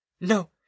No